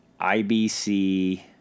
IBC